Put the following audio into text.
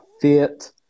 fit